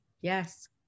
Yes